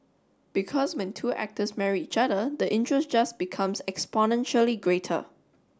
because when two actors marry each other the interest just becomes exponentially greater